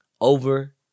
over